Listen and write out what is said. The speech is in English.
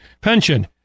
pension